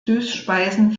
süßspeisen